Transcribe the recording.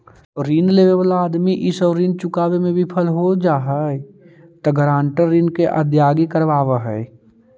ऋण लेवे वाला आदमी इ सब ऋण चुकावे में विफल हो जा हई त गारंटर ऋण के अदायगी करवावऽ हई